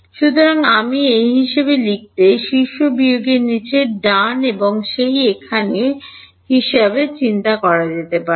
সুতরাং আমি এই হিসাবে লিখতে শীর্ষ বিয়োগের নীচে ডান এবং এই এখানে হিসাবে হিসাবে চিন্তা করা যেতে পারে